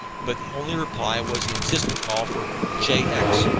but the only reply was the insistent call for j x,